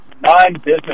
non-business